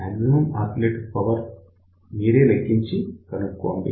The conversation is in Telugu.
మాక్సిమం ఆసిలేటర్ పవర్ మీరే లెక్కించి కనుక్కోండి